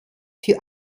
für